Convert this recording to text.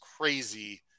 crazy